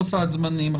לא סעד זמני.